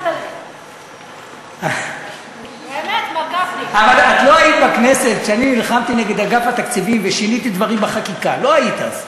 אני לא התעקשתי שיעשו את זה בחוק הזה.